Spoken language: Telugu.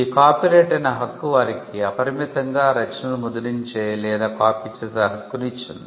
ఈ కాపీరైట్ అనే హక్కు వారికి అపరిమితంగా రచనలను ముద్రించే లేదా కాపీ చేసే హక్కును ఇచ్చింది